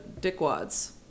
dickwads